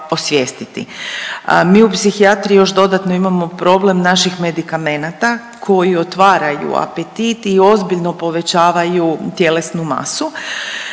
Mi u psihijatriji još dodatno imamo problem naših medikamenata koji otvaraju apetiti i ozbiljno povećavaju tjelesnu masu.